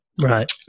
Right